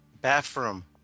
Bathroom